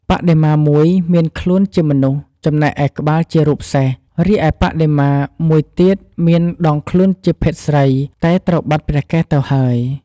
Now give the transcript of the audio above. បដិមាមួយមានខ្លួនជាមនុស្សចំណែកឯក្បាលជារូបសេះ រីឯបដិមាមួយទៀតមានដងខ្លួនជាភេទស្រី តែត្រូវបាត់ព្រះកេសទៅហើយ។